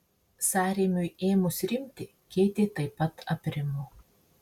sąrėmiui ėmus rimti keitė taip pat aprimo